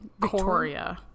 Victoria